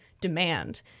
demand